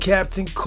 Captain